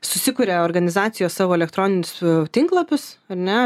susikuria organizacijos savo elektroninį su tinklapius ar ne